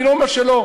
אני לא אומר שלא,